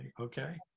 Okay